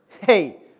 hey